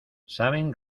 saben